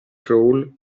crawl